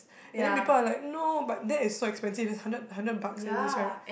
and then people are like no but that's so expensive is hundred hundred bucks at least right